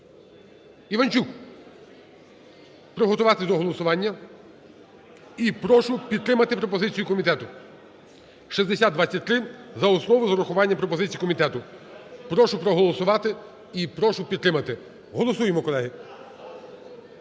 Іванчук, приготуватись до голосування. І прошу підтримати пропозицію комітету, 6023 – за основу з урахуванням пропозицій комітету. Прошу проголосувати і прошу підтримати. Голосуємо, колеги.